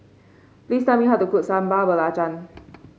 please tell me how to cook Sambal Belacan